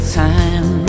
time